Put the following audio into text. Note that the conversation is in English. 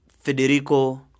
Federico